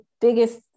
biggest